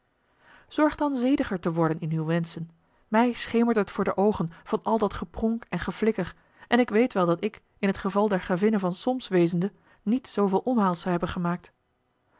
zorg dan zediger te worden in uwe wenschen mij schemert het voor de oogen van al dat gepronk en geflikker en ik weet wel dat ik in t geval der gravinne van solms wezende niet zooveel omhaals zou hebben gemaakt